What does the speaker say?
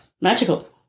magical